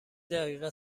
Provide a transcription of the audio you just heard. دقیقه